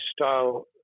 style